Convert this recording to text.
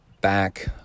back